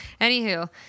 Anywho